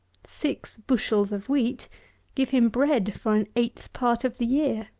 six bushels of wheat give him bread for an eighth part of the year.